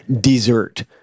dessert